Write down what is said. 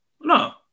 no